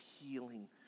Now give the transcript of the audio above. healing